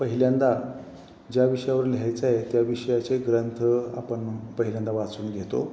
पहिल्यांदा ज्या विषयावर लिहायचं आहे त्या विषयाचे ग्रंथ आपण पहिल्यांदा वाचून घेतो